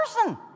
person